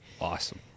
Awesome